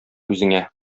үзеңә